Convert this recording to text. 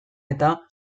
eta